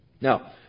Now